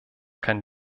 kann